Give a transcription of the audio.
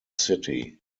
city